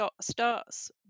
starts